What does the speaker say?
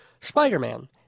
Spider-Man